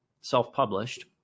self-published